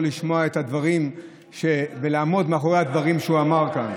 לשמוע את הדברים ולעמוד מאחורי הדברים שהוא אמר כאן,